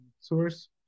source